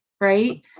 right